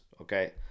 Okay